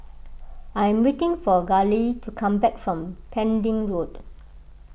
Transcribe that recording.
I am waiting for Gale to come back from Pending Road